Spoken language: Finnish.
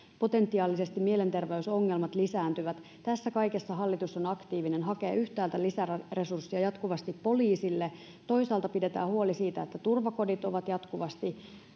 potentiaalisesti mielenterveysongelmat lisääntyvät tässä kaikessa hallitus on aktiivinen hakee yhtäältä lisäresursseja jatkuvasti poliisille ja toisaalta pidetään huoli siitä että turvakodit ovat jatkuvasti